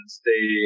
stay